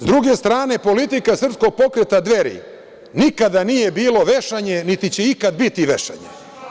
S druge strane, politika Srpskog pokreta Dveri nikada nije bilo vešanje, niti će ikada biti vešanje.